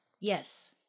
yes